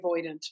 avoidant